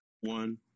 One